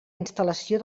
instal·lació